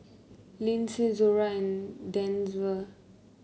Lindsey Zora and Denver